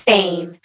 Fame